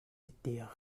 étaient